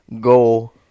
go